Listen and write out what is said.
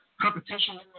competition